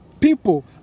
People